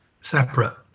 separate